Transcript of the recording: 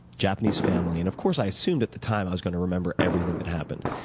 japanese family, and of course i assumed at the time i was going to remember everything that happened.